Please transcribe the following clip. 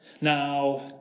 Now